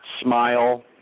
smile